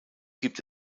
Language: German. gibt